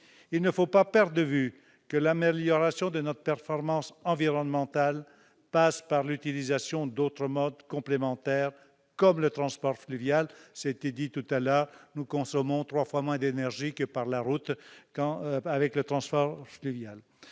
II ne faut pas perdre de vue que l'amélioration de notre performance environnementale passe par l'utilisation d'autres modes complémentaires, comme le transport fluvial. Cela a été dit, celui-ci consomme trois fois moins d'énergie que le transport routier.